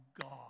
God